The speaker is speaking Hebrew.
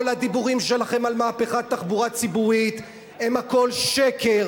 כל הדיבורים שלכם על מהפכת תחבורה ציבורית הם הכול שקר,